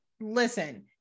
listen